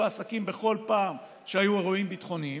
העסקים בכל פעם שהיו אירועים ביטחוניים,